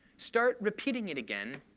start repeating it again,